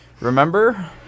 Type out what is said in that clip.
remember